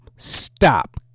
Stop